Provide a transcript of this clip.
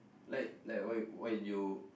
like like what you what you